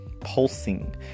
pulsing